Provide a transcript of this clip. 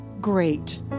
great